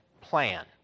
plan